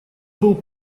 был